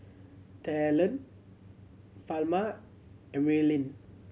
Talan Palma Emeline